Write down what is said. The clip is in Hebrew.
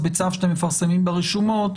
אז בצו שאתם מפרסמים ברשומות,